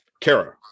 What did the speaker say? Kara